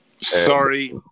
Sorry